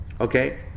Okay